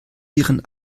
ihren